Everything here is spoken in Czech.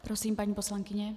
Prosím, paní poslankyně.